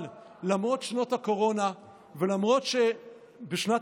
אבל למרות שנות הקורונה ולמרות שבשנת